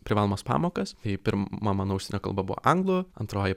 privalomas pamokas bei pirma mano užsienio kalba buvo anglų antroji